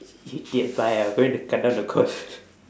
idiot bye I'm going to cut down the cord